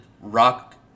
rock